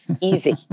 Easy